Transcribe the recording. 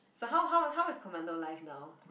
so how how how is commando life now